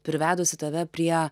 privedusi tave prie